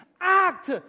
Act